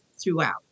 throughout